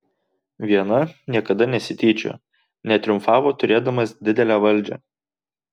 viena niekada nesityčiojo netriumfavo turėdamas didelę valdžią